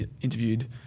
interviewed